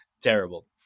terrible